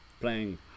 Playing